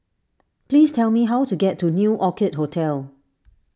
please tell me how to get to New Orchid Hotel